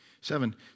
Seven